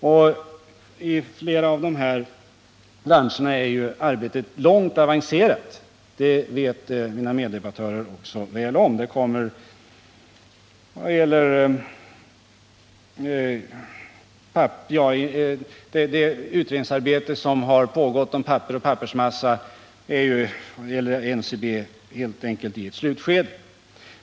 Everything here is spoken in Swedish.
Det arbetet är långt avancerat när det gäller flera av dessa branscher — det vet mina meddebattörer också väl. Det utredningsarbete som pågått om papper och pappersmassa när det gäller NCB är i slutskedet.